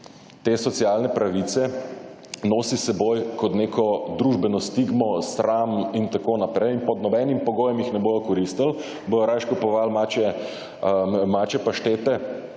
te socialne pravice nosi s seboj kot neko družbeno stigmo, sram in tako naprej in pod nobenim pogojem jih ne bojo koristil, bojo rajši kupoval mačje paštete,